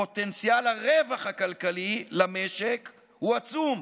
פוטנציאל הרווח הכלכלי למשק הוא עצום.